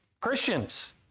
Christians